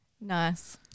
Nice